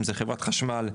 אם זה חברת חשמל,